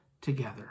together